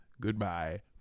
Goodbye